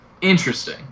Interesting